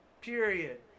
Period